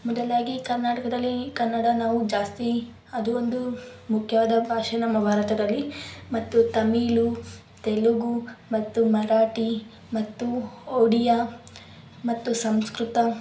ಮೊದಲಾಗಿ ಕರ್ನಾಟಕದಲ್ಲಿ ಕನ್ನಡ ನಾವು ಜಾಸ್ತಿ ಅದು ಒಂದು ಮುಖ್ಯವಾದ ಭಾಷೆ ನಮ್ಮ ಭಾರತದಲ್ಲಿ ಮತ್ತು ತಮಿಳ್ ತೆಲುಗು ಮತ್ತು ಮರಾಠಿ ಮತ್ತು ಓಡಿಯಾ ಮತ್ತು ಸಂಸ್ಕೃತ